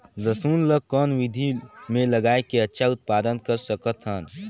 लसुन ल कौन विधि मे लगाय के अच्छा उत्पादन कर सकत हन?